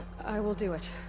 i will do it.